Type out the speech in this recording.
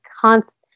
constant